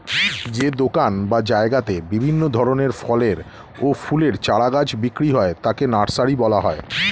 যে দোকান বা জায়গাতে বিভিন্ন ধরনের ফলের ও ফুলের চারা গাছ বিক্রি হয় তাকে নার্সারি বলা হয়